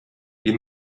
die